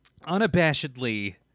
unabashedly